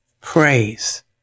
Praise